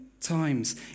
times